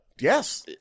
Yes